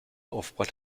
aufprall